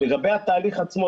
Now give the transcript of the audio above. לגבי התהליך עצמו,